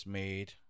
made